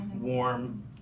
warm